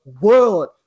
world